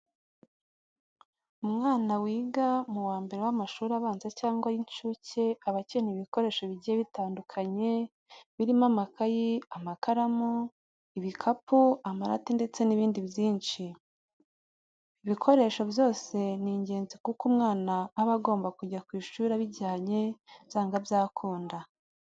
Umwana wiga mu wa mbere w'amashuri abanza cyangwa ay'inshuke aba akeneye ibikoresho bigiye bitandukanye birimo amakayi, amakaramu, ibikapu, amarati ndetse n'ibindi byinshi. Ibi bikoresho byose ni ingenzi kuko umwana aba agomba kujya ku ishuri abijyanye byanga byakunda.